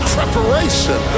Preparation